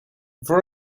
there